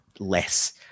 less